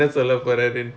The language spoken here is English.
okay